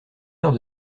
heure